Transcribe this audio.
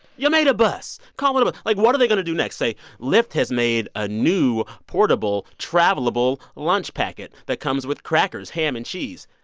you made a bus. call it a but like, what are they going to do next say lyft has made a new portable, travelable lunch packet that comes with crackers, ham and cheese?